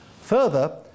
Further